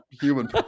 human